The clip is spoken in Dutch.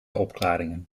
opklaringen